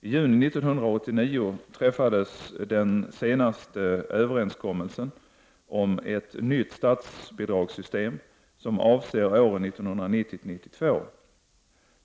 I juni 1989 träffades den senaste överenskommelsen om ett nytt statsbidragssystem som avser åren 1990-1992.